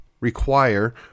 require